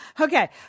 okay